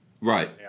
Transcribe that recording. Right